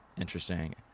interesting